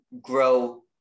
grow